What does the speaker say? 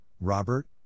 Robert